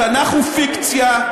התנ"ך הוא פיקציה,